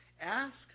Ask